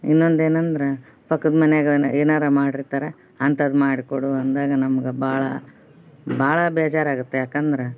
ಇನ್ನೊಂದು ಏನಂದ್ರೆ ಪಕ್ಕದ ಮನೆಯಾಗ ಅನ ಏನಾರೂ ಮಾಡಿರ್ತಾರೆ ಅಂಥದ್ದು ಮಾಡಿಕೊಡು ಅಂದಾಗ ನಮ್ಗೆ ಭಾಳ ಭಾಳ ಬೇಜಾರಾಗುತ್ತೆ ಯಾಕಂದ್ರೆ